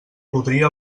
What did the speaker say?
podria